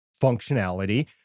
functionality